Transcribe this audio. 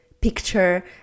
picture